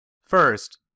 First